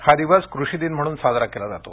हा दिवस कृषी दिन म्हणून साजरा केला जातो